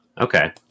okay